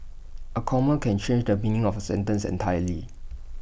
A comma can change the meaning of A sentence entirely